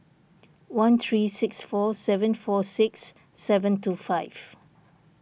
one three six four seven four six seven two five